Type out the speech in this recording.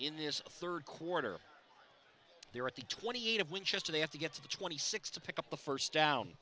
in this third quarter they're at the twenty eight of winchester they have to get to the twenty six to pick up a first down